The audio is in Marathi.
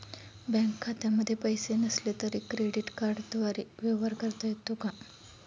बँक खात्यामध्ये पैसे नसले तरी क्रेडिट कार्डद्वारे व्यवहार करता येतो का?